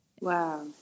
Wow